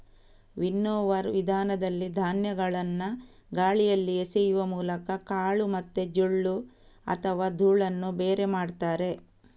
winnower ವಿಧಾನದಲ್ಲಿ ಧಾನ್ಯಗಳನ್ನ ಗಾಳಿಯಲ್ಲಿ ಎಸೆಯುವ ಮೂಲಕ ಕಾಳು ಮತ್ತೆ ಜೊಳ್ಳು ಅಥವಾ ಧೂಳನ್ನ ಬೇರೆ ಮಾಡ್ತಾರೆ